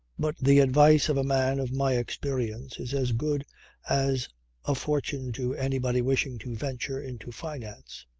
but the advice of a man of my experience is as good as a fortune to anybody wishing to venture into finance.